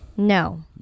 No